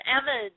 Emma